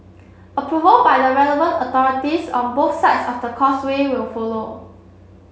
approval by the relevant authorities on both sides of the Causeway will follow